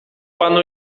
panu